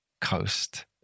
coast